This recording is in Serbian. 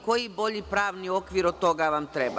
Koji bolji pravni okvir od toga vam treba?